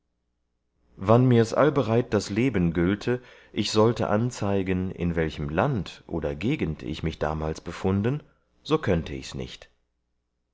wann mirs allbereit das leben gülte ich sollte anzeigen in welchem land oder gegend ich mich damals befunden so könnte ichs nicht